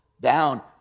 down